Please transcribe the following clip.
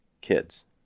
kids